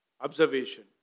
observation